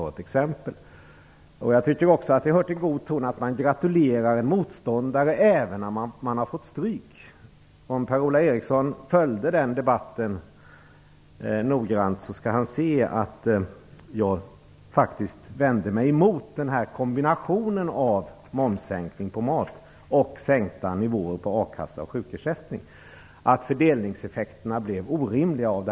Det hör också till god ton att man gratulerar en motståndare, även om man har fått stryk. Om Per-Ola Eriksson noga följer den debatten skall han se att jag faktiskt vänt mig mot kombinationen momssänkning för mat respektive sänkta nivåer för a-kassa och sjukersättning. Sammantaget blev fördelningseffekterna av detta orimliga.